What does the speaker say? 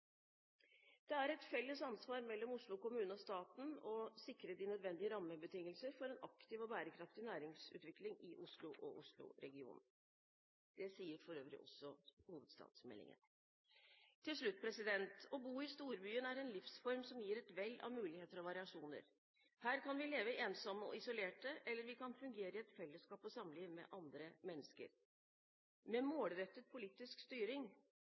Det er et felles ansvar for Oslo kommune og staten å sikre de nødvendige rammebetingelser for en aktiv og bærekraftig næringsutvikling i Oslo og Oslo-regionen. Det sier for øvrig også hovedstadsmeldingen. Til slutt: Å bo i storbyen er en livsform som gir et vell av muligheter og variasjoner. Her kan vi leve ensomme og isolerte, eller vi kan fungere i et fellesskap og samliv med andre mennesker. Med målrettet politisk styring